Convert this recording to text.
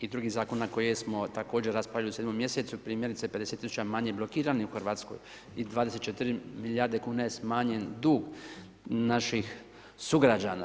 i drugih zakona koje smo također raspravili u 7. mjesecu primjerice 50 tisuća manje blokiranih u Hrvatskoj i 24 milijarde kuna je smanjen dug naših sugrađana.